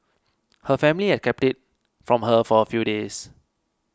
her family had kept it from her for a few days